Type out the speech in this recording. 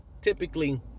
typically